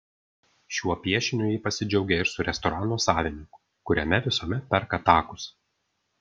šiuo piešiniu ji pasidžiaugė ir su restorano savininku kuriame visuomet perka takus